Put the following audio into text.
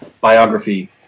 biography